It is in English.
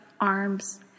arms